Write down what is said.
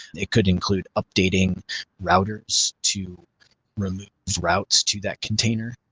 it could include updating routers to remove routes to that container.